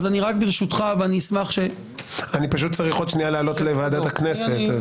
אני פשוט צריך עוד רגע לעלות לוועדת הכנסת.